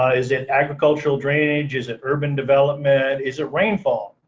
is it agricultural drainage, is it urban development, is it rainfall?